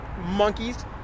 monkeys